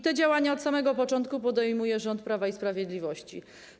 Te działania od samego początku podejmuje rząd Prawa i Sprawiedliwości.